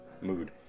mood